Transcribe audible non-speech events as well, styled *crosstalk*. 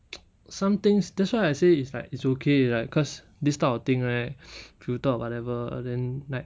*noise* some things that's why I say it's like it's okay like cause this type of thing right *noise* filter or whatever then like